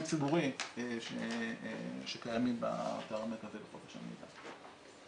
ציבורי שקיימים באתר הזה לחופש המידע.